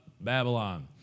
Babylon